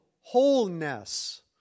wholeness